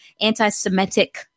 anti-Semitic